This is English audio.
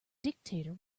dictator